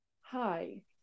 hi